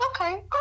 Okay